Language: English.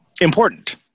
important